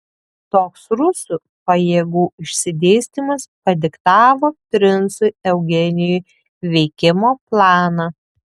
toks rusų pajėgų išsidėstymas padiktavo princui eugenijui veikimo planą